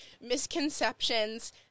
misconceptions